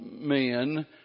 men